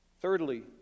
Thirdly